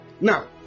Now